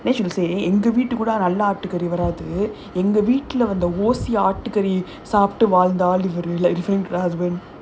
then she'll say like different her husband